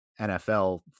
NFL